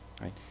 Right